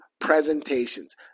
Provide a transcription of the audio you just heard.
presentations